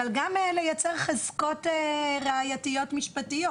אבל גם לייצר חזקות ראייתיות משפטיות.